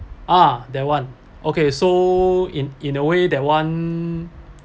ah that one okay so in in a way that one